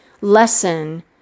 lesson